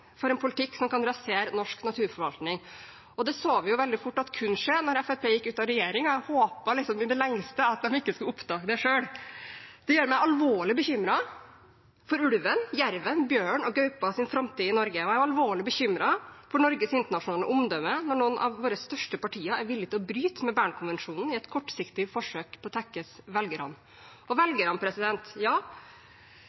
for en politikk som kan rasere norsk naturforvaltning. Det så vi veldig fort kunne skje da Fremskrittspartiet gikk ut av regjeringen. Jeg håpet i det lengste at de ikke skulle oppdage det selv. Det gjør meg alvorlig bekymret for ulvens, jervens, bjørnens og gaupas framtid i Norge. Og jeg er alvorlig bekymret for Norges internasjonale omdømme når noen av våre største partier er villige til å bryte med Bernkonvensjonen i et kortsiktig forsøk på å tekkes velgerne.